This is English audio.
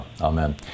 amen